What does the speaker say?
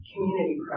community